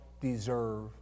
deserve